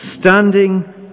standing